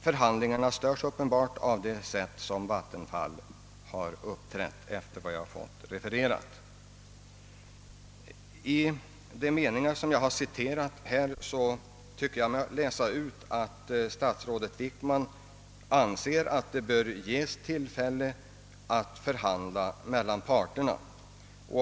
Förhandlingarna störs emellertid uppenbart av det sätt som Vattenfall har uppträtt på, enligt vad jag fått refererat. Av de meningar som jag har citerat tycker jag mig läsa ut att statsrådet Wickman anser att parterna bör ges tillfälle till förhandlingar.